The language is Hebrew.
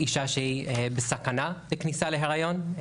אישה שהיא בסכנה לכניסה להריון,